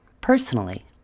Personally